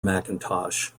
mackintosh